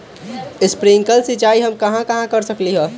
Sprinkle सिंचाई हम कहाँ कहाँ कर सकली ह?